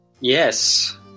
Yes